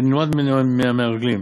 ונלמד ממרגלים,